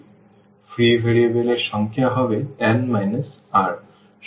সুতরাং free variable এর সংখ্যা হবে n r